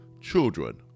children